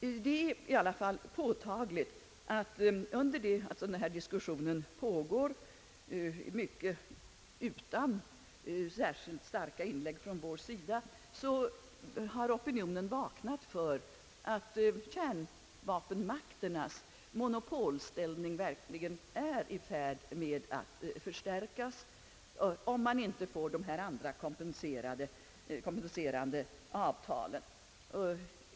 Under det att denna förberedande diskussion pågår, för närvarande mest utanför genevekonferensen, är det påtagligt att opinionen på många håll vaknat till insikt om att kärnvapenmakternas monopolställning verkligen är i färd med att förstärkas, om man inte kan åstadkomma även andra kompenserande avtal som våra inlägg gällt.